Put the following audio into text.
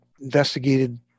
investigated